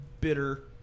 bitter